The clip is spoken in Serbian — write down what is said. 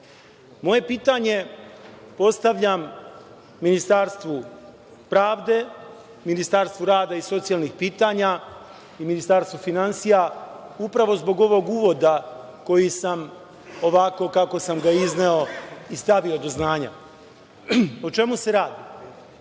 Moje pitanje postavljam Ministarstvu pravde, Ministarstvu rada i socijalnih pitanja i Ministarstvu finansija, upravo zbog ovog uvoda kojim sam, ovako kako sam ga izneo, stavio do znanja.O čemu se radi?